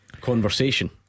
conversation